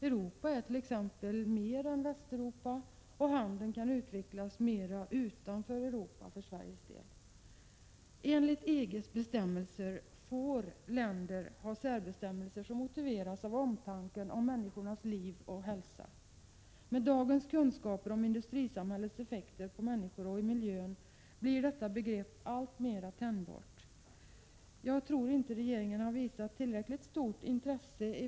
Europa är t.ex. mer än Västeuropa och handeln kan utvecklas mera utanför Europa för Sveriges del. Enligt EG:s bestämmelser ”får” länder ha särbestämmelser som motiveras av omtanken om människornas ”liv och hälsa”. Med dagens kunskaper om industrisamhällets effekter på människorna och på miljön blir detta begrepp alltmera tänjbart. Jag tror inte att regeringen har visat tillräckligt stort intresse härvidlag.